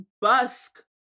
busk